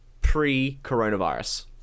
pre-coronavirus